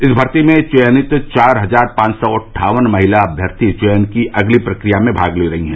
इस भर्ती में चयनित चार हजार पांच सौ अटठावन महिला अभ्यर्थी चयन की अगली प्रक्रिया में भाग ले रही हैं